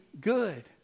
good